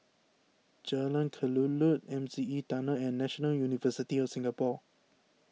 Jalan Kelulut M C E Tunnel and National University of Singapore